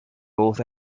both